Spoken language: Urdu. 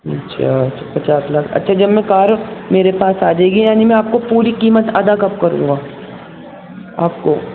اچھا پچاس لاکھ اچھا جب میں کار میرے پاس آ جائے گی یعنی میں آپ کو پوری قیمت ادا کب کروں گا آپ کو